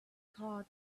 car